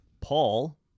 Paul